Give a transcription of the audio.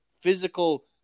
physical